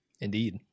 Indeed